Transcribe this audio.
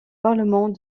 parlement